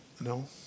No